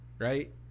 Right